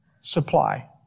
Supply